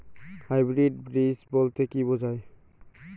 Hybrid বীজ বলতে কী বোঝায়?